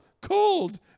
cold